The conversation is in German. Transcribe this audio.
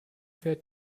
fährt